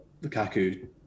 Lukaku